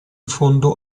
fondo